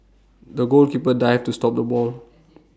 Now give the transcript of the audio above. the goalkeeper dived to stop the ball